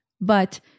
But-